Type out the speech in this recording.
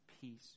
Peace